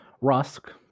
Rusk